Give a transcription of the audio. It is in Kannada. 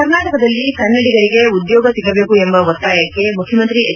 ಕರ್ನಾಟಕದಲ್ಲಿ ಕನ್ನಡಿಗರಿಗೆ ಉದ್ಯೋಗ ಸಿಗಬೇಕು ಎಂಬ ಒತ್ತಾಯಕ್ಕೆ ಮುಖ್ಯಮಂತ್ರಿ ಹೆಚ್